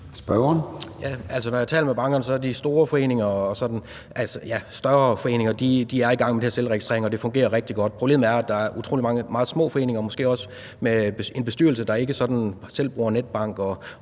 Når jeg taler med bankerne, er de større foreninger i gang med det her selvregistrering, og det fungerer rigtig godt. Problemet er, at der er utrolig mange meget små foreninger, som måske også har en bestyrelse, der ikke selv bruger netbank